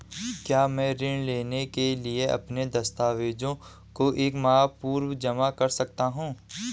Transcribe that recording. क्या मैं ऋण लेने के लिए अपने दस्तावेज़ों को एक माह पूर्व जमा कर सकता हूँ?